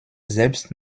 selbst